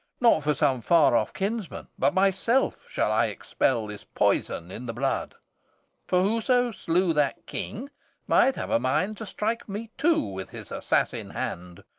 not for some far-off kinsman, but myself, shall i expel this poison in the blood for whoso slew that king might have a mind to strike me too with his assassin hand.